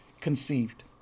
conceived